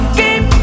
keep